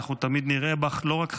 אנחנו תמיד נראה בך לא רק חברה,